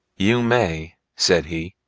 you may, said he.